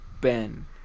Ben